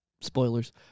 spoilers